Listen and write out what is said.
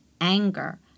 anger